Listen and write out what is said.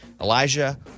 Elijah